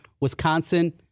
Wisconsin